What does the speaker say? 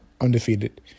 undefeated